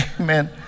Amen